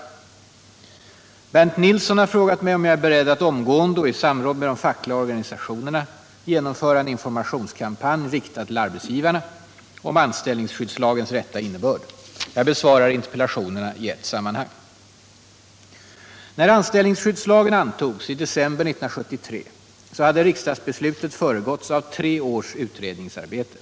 skydd, m.m. Bernt Nilsson har frågat mig om jag är beredd att omgående och i samråd med de fackliga organisationerna genomföra en informationskampanj, riktad till arbetsgivarna, om anställningsskyddslagens rätta innebörd. Jag besvarar interpellationerna i ett sammanhang. När anställningsskyddslagen antogs i december 1973, hade riksdagsbeslutet föregåtts av tre års utredningsarbete.